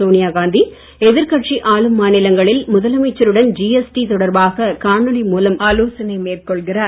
சோனியா காந்தி எதிர்கட்சி ஆளும் மாநிலங்களில் முதலமைச்சருடன் ஜிஎஸ்டி தொடர்பாக காணொளி மூலம் ஆலோசனை மேற்கொள்கிறார்